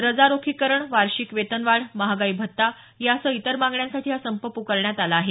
रजा रोखीकरण वार्षिक वेतनवाढ महागाई भत्ता यासह इतर मागण्यांसाठी हा संप पुकारण्यात आला आहे